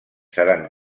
seran